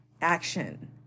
action